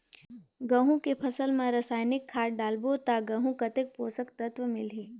गंहू के फसल मा रसायनिक खाद डालबो ता गंहू कतेक पोषक तत्व मिलही?